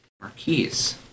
Marquise